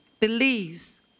Believes